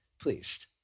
pleased